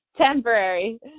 temporary